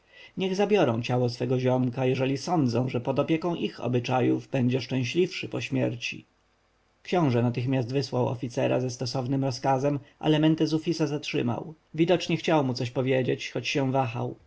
niech zabiorą ciało swego ziomka jeżeli sądzą że pod opieką ich obyczajów będzie szczęśliwszy po śmierci książę natychmiast wysłał oficera ze stosownym rozkazem ale mentezufisa zatrzymał widocznie chciał mu coś powiedzieć choć wahał